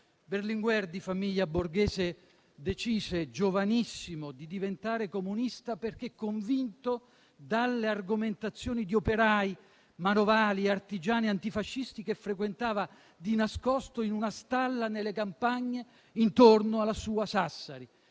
Berlinguer, di famiglia borghese, decise giovanissimo di diventare comunista perché convinto dalle argomentazioni di operai, manovali e artigiani antifascisti che frequentava di nascosto in una stalla nelle campagne intorno alla sua Sassari.